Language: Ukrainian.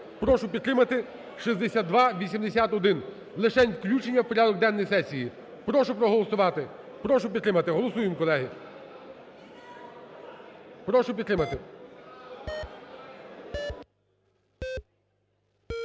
Прошу підтримати 6281, лишень включення в порядок денний сесії, прошу проголосувати, прошу підтримати. Голосуємо колеги. Прошу підтримати.